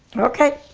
okay.